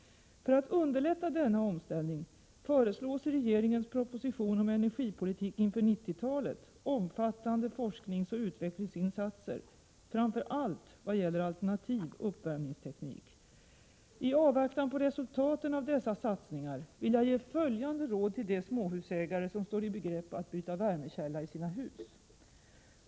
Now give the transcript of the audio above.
För att underlätta denna omställning föreslås i regeringens proposition om energipolitik inför 90-talet omfattande forskningsoch utvecklingsinsatser, framför allt i vad gäller alternativ uppvärmningsteknik. I avvaktan på resultaten av dessa satsningar vill jag ge följande råd till de småhusägare som står i begrepp att byta värmekälla i sina hus.